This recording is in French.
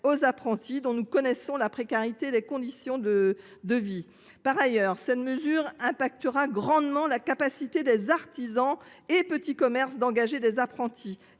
les apprentis, dont nous connaissons la précarité des conditions de vie. Par ailleurs, cette mesure aura un impact important sur la capacité des artisans et petits commerces d’engager des apprentis,